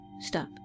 Stop